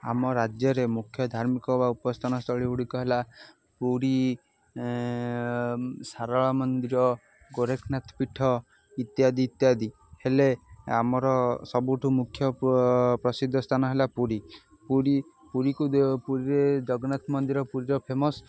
ଆମ ରାଜ୍ୟରେ ମୁଖ୍ୟ ଧାର୍ମିକ ବା ଉପସ୍ଥାନ ସ୍ଥଳୀ ଗୁଡ଼ିକ ହେଲା ପୁରୀ ଶାରଳା ମନ୍ଦିର ଗୋରେଖନାଥ ପୀଠ ଇତ୍ୟାଦି ଇତ୍ୟାଦି ହେଲେ ଆମର ସବୁଠୁ ମୁଖ୍ୟ ପ୍ର ପ୍ରସିଦ୍ଧ ସ୍ଥାନ ହେଲା ପୁରୀ ପୁରୀ ପୁରୀକୁ ଦେ ପୁରୀରେ ଜଗନ୍ନାଥ ମନ୍ଦିର ପୁରୀର ଫେମସ୍